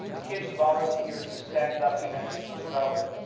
kids volunteered to stand up against the throwing.